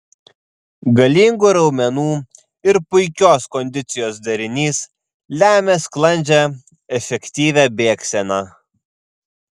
galingų raumenų ir puikios kondicijos derinys lemia sklandžią efektyvią bėgseną